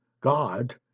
God